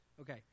Okay